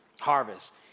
harvest